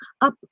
up